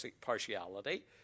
partiality